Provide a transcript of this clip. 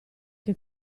che